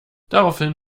daraufhin